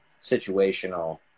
situational